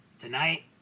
tonight